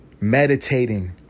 meditating